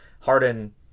Harden